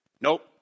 Nope